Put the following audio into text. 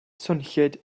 swnllyd